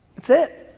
that's it.